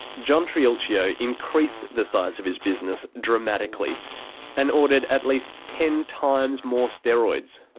john triulcio increased the size of his business dramatically and ordered at least ten times more steroids.